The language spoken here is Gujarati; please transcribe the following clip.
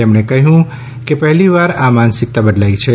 તેમણે કહ્યું પહેલીવાર આ માનસિકતા બદલાઇ છે